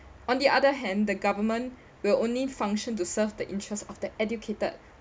on the other hand the government will only function to serve the interests of the educated